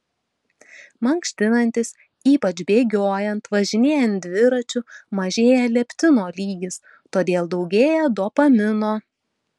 mankštinantis ypač bėgiojant važinėjant dviračiu mažėja leptino lygis todėl daugėja dopamino